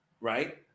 right